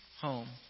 home